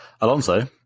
Alonso